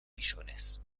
millones